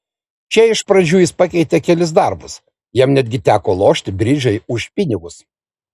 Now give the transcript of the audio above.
čia iš pradžių jis pakeitė kelis darbus jam netgi teko lošti bridžą už pinigus